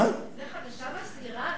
זאת חדשה מסעירה,